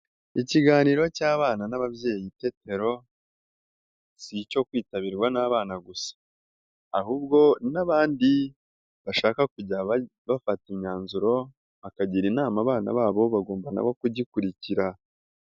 Ikiganiro cy'abana n'ababyeyi itetero si icyo kwitabirwa n'abana gusa, ahubwo n'abandi bashaka kujya bafata imyanzuro bakagira inama abana babo bagomba nabo kugikurikira.